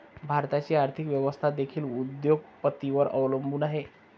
भारताची आर्थिक व्यवस्था देखील उद्योग पतींवर अवलंबून आहे